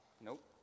Nope